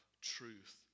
truth